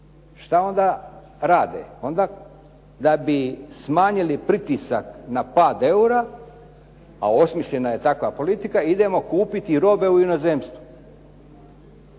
Šta onda rade? Onda da bi smanjili pritisak na pad eura, a osmišljena je takva politika idemo kupiti robe u inozemstvu.